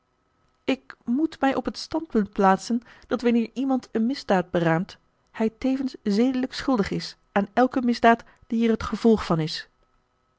ik moet mij op het standpunt plaatsen dat wanneer iemand een misdaad beraamt hij tevens zedelijk schuldig is aan elke misdaad die er het gevolg van is